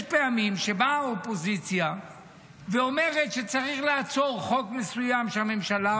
יש פעמים שבאה האופוזיציה ואומרת שצריך לעצור חוק מסוים שהממשלה